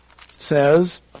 says